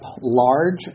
large